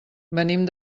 venim